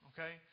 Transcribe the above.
Okay